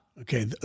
Okay